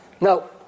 No